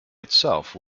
itself